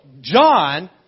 John